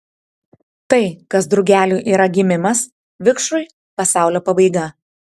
tai kas drugeliui yra gimimas vikšrui pasaulio pabaiga